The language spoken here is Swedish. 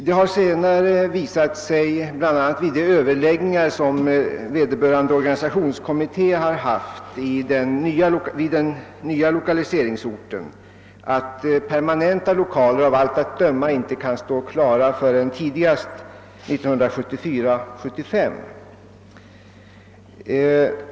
Det har senare visat sig — bl.a. vid de överläggningar som vederbörande organisationskommitté har haft på den nya lokaliseringsorten — att permanenta lokaler av allt att döma inte kan stå klara förrän tidigast 1974/75.